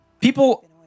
people